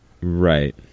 Right